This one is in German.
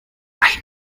ein